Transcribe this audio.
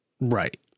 Right